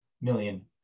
million